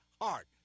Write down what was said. heart